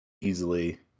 easily